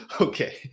okay